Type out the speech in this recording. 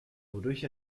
wodurch